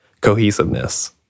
cohesiveness